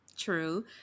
true